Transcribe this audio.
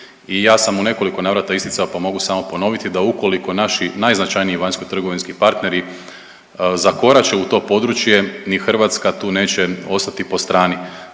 i ja sam u nekoliko navrata isticao, pa mogu samo ponoviti da ukoliko naši najznačajniji vanjskotrgovinski partneri zakorače u to područje ni Hrvatska tu neće ostati po strani.